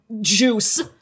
juice